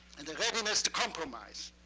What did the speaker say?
and the readiness to compromise,